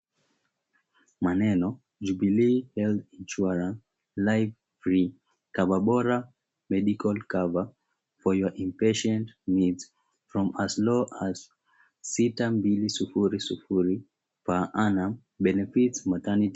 Maneno, Jubilee Health Insurance Life Free Cover Bora Medical Cover For Your Impatient Needs For As Low As 6200 Per Annum Benefits Merternity.